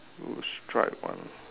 with stripe one